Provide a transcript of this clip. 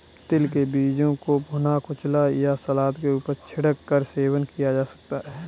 तिल के बीज को भुना, कुचला या सलाद के ऊपर छिड़क कर सेवन किया जा सकता है